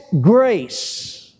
grace